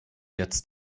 jetzt